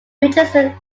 richardson